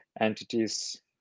entities